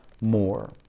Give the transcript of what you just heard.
more